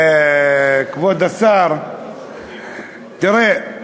כבוד השר, תראה,